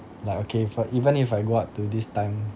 like okay for even if I go out to this time